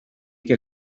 que